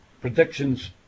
predictions